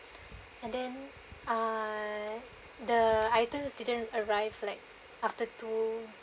and then uh the items didn't;t arrive like after two